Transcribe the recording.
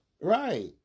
right